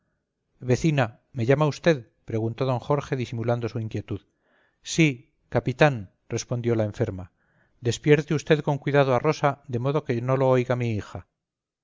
vecina me llama usted preguntó d jorge disimulando su inquietud sí capitán respondió la enferma despierte usted con cuidado a rosa de modo que no lo oiga mi hija